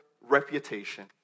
reputation